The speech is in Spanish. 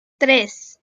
tres